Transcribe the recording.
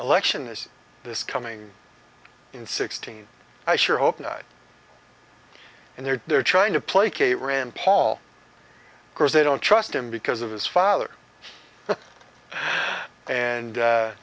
election is this coming in sixteen i sure hope not and they're they're trying to placate rand paul because they don't trust him because of his father and